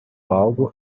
algo